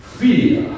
fear